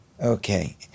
Okay